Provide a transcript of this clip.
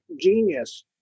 genius